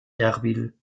erbil